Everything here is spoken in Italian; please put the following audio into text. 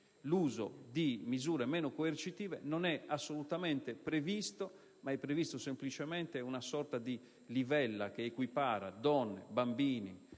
l'uso di misure meno coercitive non è assolutamente previsto; è prevista semplicemente una sorta di livella, che equipara donne e bambini,